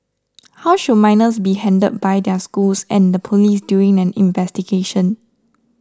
how should minors be handled by their schools and the police during an investigation